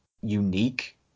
unique